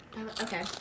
Okay